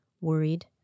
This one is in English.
worried